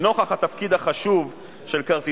התשע"א-2011, קריאה שנייה וקריאה שלישית.